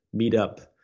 meetup